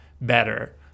better